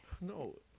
No